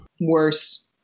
worse